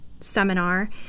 seminar